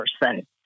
person